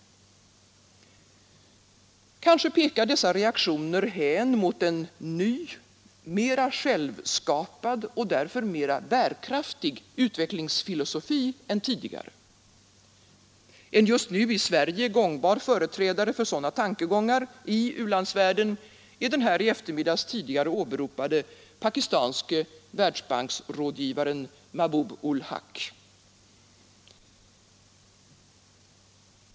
Kanske pekar dessa reaktioner hän mot en ny, mer självskapad och därför mer bärkraftig utvecklingsfilosofi än tidigare; en just nu i Sverige gångbar företrädare för sådana tankegångar i u-landsvärlden är den här i eftermiddags åberopade pakistanske Världsbanksrådgivaren Mahbub ul Haq.